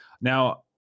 Now